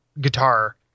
guitar